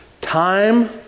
Time